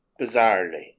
Bizarrely